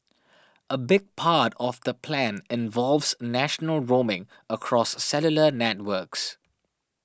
a big part of the plan involves national roaming across cellular networks